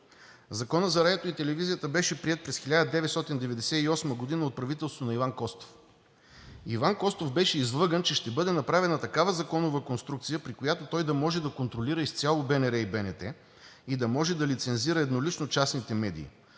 Законът за радиото и телевизията беше приет през 1998 г. от правителството на Иван Костов. Иван Костов беше излъган, че ще бъде направена такава законова конструкция, при която той да може да контролира изцяло БНР и БНТ и да може да лицензира еднолично частните медии.